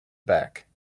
back